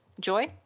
Joy